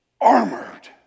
Armored